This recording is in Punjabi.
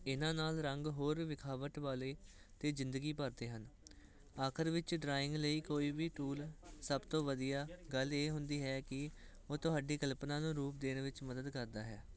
ਇਹਨਾਂ ਨਾਲ ਰੰਗ ਹੋਰ ਵੀ ਵਿਖਾਵਟ ਵਾਲੇ ਅਤੇ ਜ਼ਿੰਦਗੀ ਭਰਦੇ ਹਨ ਆਖਰ ਵਿੱਚ ਡਰਾਇੰਗ ਲਈ ਕੋਈ ਵੀ ਟੂਲ ਸਭ ਤੋਂ ਵਧੀਆ ਗੱਲ ਇਹ ਹੁੰਦੀ ਹੈ ਕਿ ਉਹ ਤੁਹਾਡੀ ਕਲਪਨਾ ਨੂੰ ਰੂਪ ਦੇਣ ਵਿੱਚ ਮਦਦ ਕਰਦਾ ਹੈ